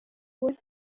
wowe